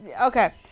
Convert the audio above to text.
Okay